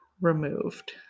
removed